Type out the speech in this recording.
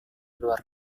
luar